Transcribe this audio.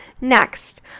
Next